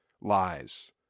lies